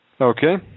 Okay